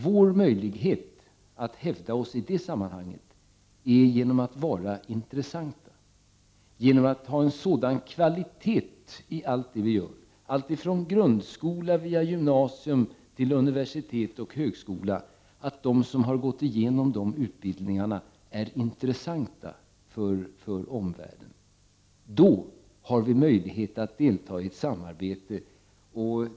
Vår möjlighet att hävda oss i det sammanhanget är genom att vara intressanta, genom att ha en sådan kvalitet i allt det vi gör alltifrån grundskola via gymnasium och till universitet, att de som har gått igenom det utbildningssystemet blir intressanta för omvärlden. Då får vi möjlighet att delta i ett samarbete.